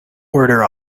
order